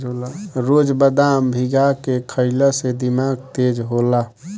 रोज बदाम भीगा के खइला से दिमाग तेज होला